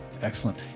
Excellent